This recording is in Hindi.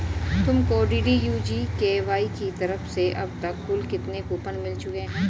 तुमको डी.डी.यू जी.के.वाई की तरफ से अब तक कुल कितने कूपन मिल चुके हैं?